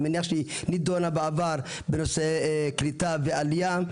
אני מניח שהיא נידונה בעבר בנושא קליטה ועלייה,